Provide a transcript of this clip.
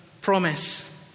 promise